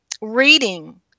reading